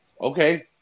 okay